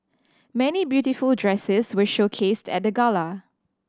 many beautiful dresses were showcased at the gala